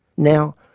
now,